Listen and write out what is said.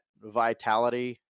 vitality